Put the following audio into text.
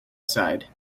side